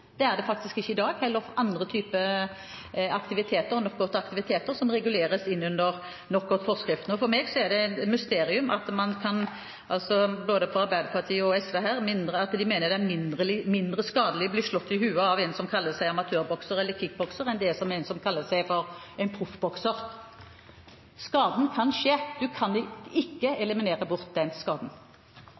Det er det faktisk heller ikke i dag for andre typer knockoutaktiviteter som reguleres under knockoutforskriften. For meg er det et mysterium at både Arbeiderpartiet og SV mener at det er mindre skadelig å bli slått i hodet av en som kaller seg amatørbokser eller kickbokser, enn av en som kaller seg proffbokser. Skaden kan skje, man kan ikke eliminere bort den skaden.